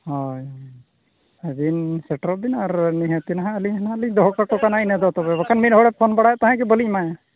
ᱦᱚᱭ ᱟᱵᱤᱱ ᱥᱮᱴᱮᱨᱚᱜᱵᱤᱱ ᱟᱨ ᱱᱤᱦᱟᱹᱛ ᱱᱟᱦᱟᱜᱞᱤᱧ ᱫᱚᱦᱚᱠᱟᱠᱚ ᱠᱟᱱᱟ ᱤᱱᱟᱹᱫᱚ ᱛᱚᱵᱮ ᱵᱟᱠᱷᱟᱱ ᱢᱤᱫᱦᱚᱲᱮ ᱯᱷᱚᱱ ᱵᱟᱲᱟᱭᱮᱫ ᱛᱟᱦᱮᱫᱜᱮ ᱵᱟᱹᱞᱤᱧ ᱮᱢᱟᱭᱟ